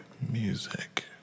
Music